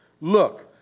Look